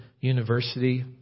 University